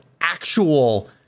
actual